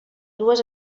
dues